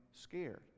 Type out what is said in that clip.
scared